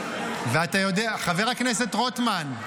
--- חבר הכנסת רוטמן,